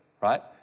right